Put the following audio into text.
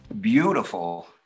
beautiful